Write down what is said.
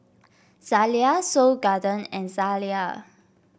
Zalia Seoul Garden and Zalia